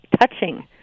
touching